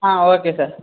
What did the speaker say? ah okay sir